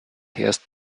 erst